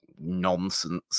nonsense